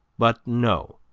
but no